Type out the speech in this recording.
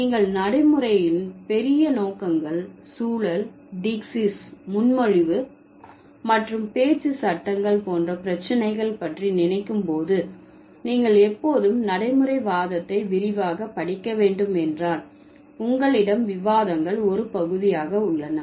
நீங்கள் நடைமுறைகளின் பெரிய நோக்கங்கள் சூழல் டீக்சீஸ் முன்மொழிவு மற்றும் பேச்சு சட்டங்கள் போன்ற பிரச்சினைகள் பற்றி நினைக்கும் போது நீங்கள் எப்போதும் நடைமுறைவாதத்தை விரிவாக படிக்க வேண்டும் என்றால் உங்களிடம் விவாதங்கள் ஒரு பகுதியாக உள்ளன